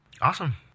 Awesome